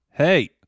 Hey